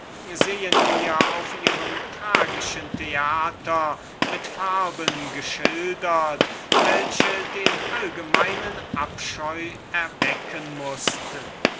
sehen wir auf ihrem tragischen theater mit farben geschildert welche den allgemeinen abscheu erwecken mußten